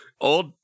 old